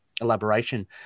elaboration